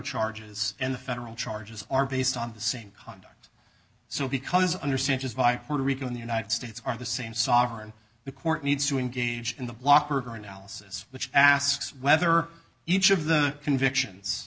charges and the federal charges are based on the same conduct so because understand just five puerto rico in the united states are the same sovereign the court needs to engage in the locker analysis which asks whether each of the convictions